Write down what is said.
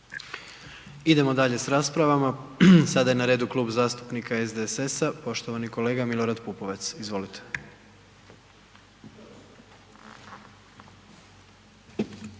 Idemo dalje s raspravama. Sada je na redu Klub zastupnika SDSS-a, poštovani kolega Milorad Pupovac. Izvolite.